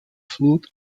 flute